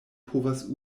povas